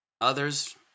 Others